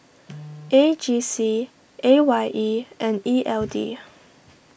A G C A Y E and E L D